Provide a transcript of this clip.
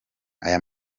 aya